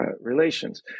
relations